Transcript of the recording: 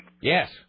Yes